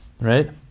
Right